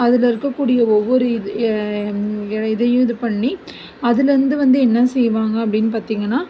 அதில் இருக்கக்கூடிய ஒவ்வொரு இதையும் இது பண்ணி அதுலேருந்து வந்து என்ன செய்வாங்கள் அப்படின்னு பார்த்திங்கன்னா